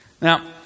Now